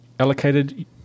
allocated